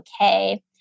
okay